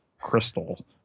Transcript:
Crystal